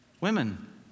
Women